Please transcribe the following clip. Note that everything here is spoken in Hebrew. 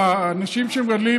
אנשים שמגדלים,